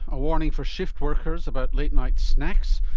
a warning for shift-workers about late night snacks,